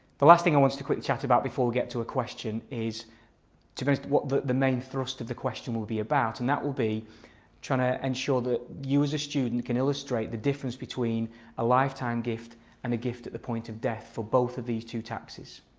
the last thing i wanted a quick chat about before we get to a question is to be honest what the the main thrust of the question will be about and that will be trying to ensure that you as a student can illustrate the difference between a lifetime gift and a gift at the point of death for both of these two taxes.